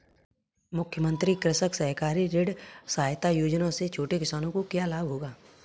मुख्यमंत्री कृषक सहकारी ऋण सहायता योजना से छोटे किसानों को क्या लाभ होगा?